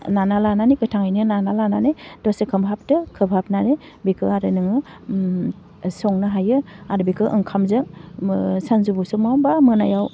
नाना लानानै गोथाङैनो नाना लानानै दसे खोबहाबदो खोबहाबनानै बेखौ आरो नोङो संनो हायो आरो बेखौ ओंखामजों सानजौफु समाव बा मोनायाव